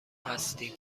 هستیم